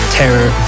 terror